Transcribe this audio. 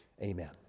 Amen